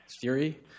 theory